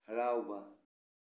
ꯍꯔꯥꯎꯕ